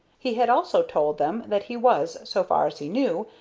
he had also told them that he was, so far as he knew,